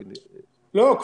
לא,